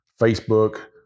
Facebook